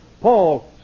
Paul